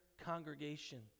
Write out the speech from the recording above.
congregation